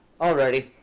Alrighty